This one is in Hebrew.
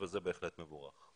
וזה בהחלט מבורך.